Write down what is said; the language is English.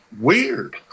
weird